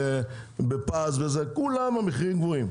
בכל תחנות הדלק,